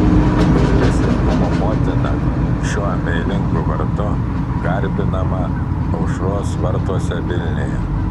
gailestingumo motina šiuo meilingu vardu garbinama aušros vartuose vilniuje